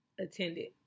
attended